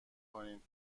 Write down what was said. کنید